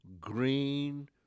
green